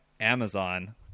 amazon